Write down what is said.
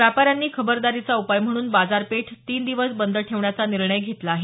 व्यापाऱ्यांनी खबरदारीचा उपाय म्हणून बाजारपेठ तीन दिवस बंद ठेवण्याचा निर्णय घेतला आहे